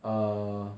err